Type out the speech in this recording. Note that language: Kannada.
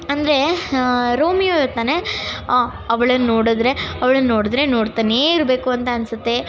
ಅಂದರೆ ರೋಮಿಯೋ ಹೇಳ್ತಾನೆ ಅವ್ಳನ್ನ ನೋಡಿದ್ರೆ ಅವ್ಳನ್ನ ನೋಡಿದ್ರೆ ನೋಡ್ತಾನೇ ಇರಬೇಕು ಅಂತ ಅನ್ನಿಸುತ್ತೆ